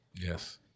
Yes